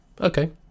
okay